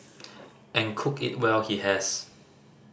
and cook it well he has